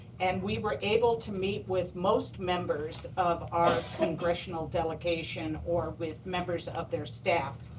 and we were able to meet with most members of our congressional delegation or with members of their staff.